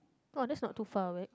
oh that's not too far away